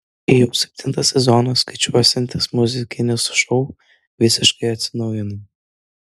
jau septintą sezoną skaičiuosiantis muzikinis šou visiškai atsinaujina